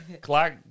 Clark